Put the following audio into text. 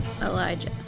Elijah